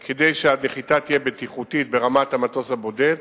כדי שהנחיתה תהיה בטיחותית ברמת המטוס הבודד,